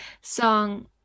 song